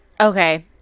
okay